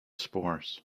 spores